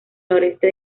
noreste